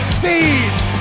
seized